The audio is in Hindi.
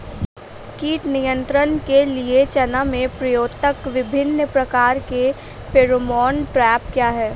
कीट नियंत्रण के लिए चना में प्रयुक्त विभिन्न प्रकार के फेरोमोन ट्रैप क्या है?